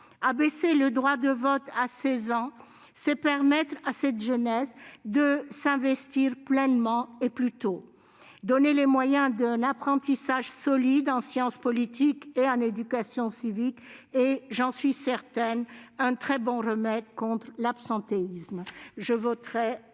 Abaisser le droit de vote à 16 ans, c'est permettre à cette jeunesse de s'investir pleinement et plus tôt. Donner les moyens d'un apprentissage solide en sciences politiques et en éducation civique constitue, j'en suis certaine, un très bon remède contre l'abstention. Je voterai pour ce texte.